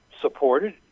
supported